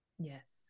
yes